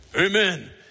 Amen